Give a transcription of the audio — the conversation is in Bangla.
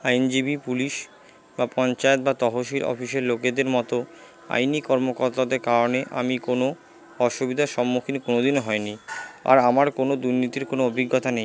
এনজিপি পুলিশ বা পঞ্চায়েত বা তহশিল অফিসের লোকেদের মতো আইনি কর্মকর্তাদের কারণে আমি কোনো অসুবিধার সম্মুখীন কোনোদিন হইনি আর আমার কোনো দুর্নীতির কোনো অভিজ্ঞতা নেই